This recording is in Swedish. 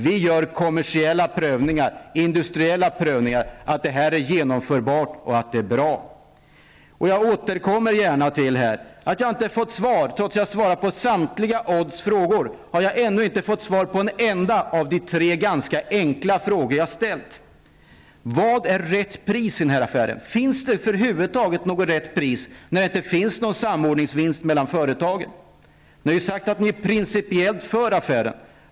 Vi gör kommersiella prövningar, industriella prövningar och ser till att det är genomförbart och blir bra. Trots att jag har svarat på alla Odd Engströms frågor har jag inte fått svar på någon av de tre ganska enkla frågor som jag har ställt. Vad är rätt pris i den här affären? Finns det över huvud taget något rätt pris, när det inte blir någon samordningsvinst mellan företagen? Ni har ju sagt att ni principiellt är för affären.